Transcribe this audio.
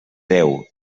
déu